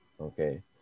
Okay